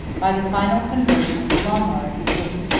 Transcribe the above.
by the final conversion of the lombards of italy.